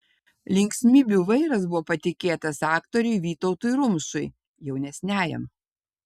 linksmybių vairas buvo patikėtas aktoriui vytautui rumšui jaunesniajam